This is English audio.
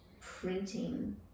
printing